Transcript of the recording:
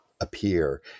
appear